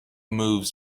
moves